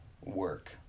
work